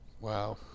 Wow